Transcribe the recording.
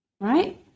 right